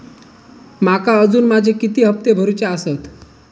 माका अजून माझे किती हप्ते भरूचे आसत?